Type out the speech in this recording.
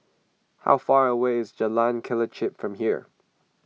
how far away is Jalan Kelichap from here